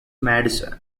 madison